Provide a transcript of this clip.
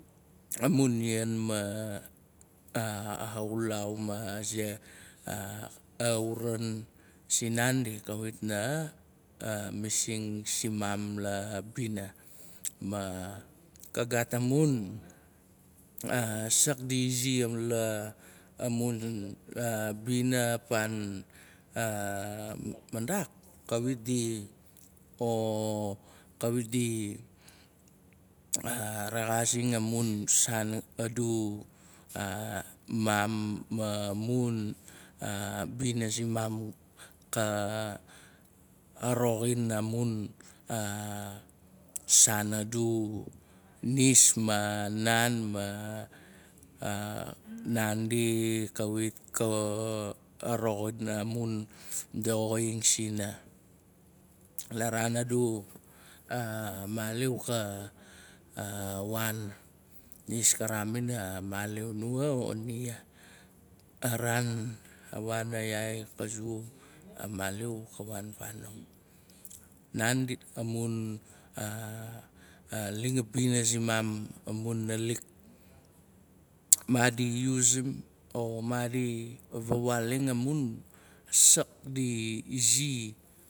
Amun ianma xulau ma ze. A uran sin naandi kawit na masing simam la bina. Ma ka gaat amun sak di izi la amun bina apan mandak. kawit di rexazing amun saan adu maam ma mun bina simaam, ka roxin amun saan adu nis ma naan, ma naandi kawit ko roxin amun daxaing sina. La raan adu maliu. ka waan. nis ka raamin a maliu, nua o nia. A raan a wana yaai ka zu. a maliu ka waan fanong. Naan aling abina simaam amun nalik. maadi usim o maadi vawaaling amun sak di izi.